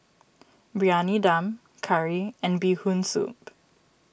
Briyani Dum Curry and Bee Hoon Soup